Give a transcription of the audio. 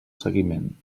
seguiment